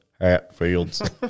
Hatfields